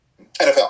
NFL